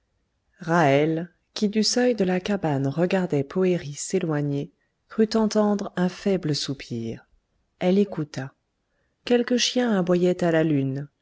qui du seuil de la cabane regardait poëri s'éloigner crut entendre un faible soupir elle écouta quelques chiens aboyaient à la lune